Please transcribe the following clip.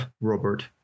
Robert